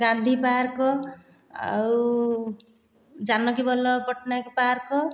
Gandhi park ଆଉ Janaki Ballabh Pattanaik park